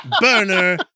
Burner